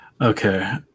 Okay